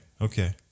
Okay